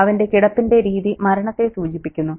അവന്റെ കിടപ്പിന്റെ രീതി മരണത്തെ സൂചിപ്പിക്കുന്നു